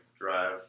drive